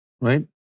right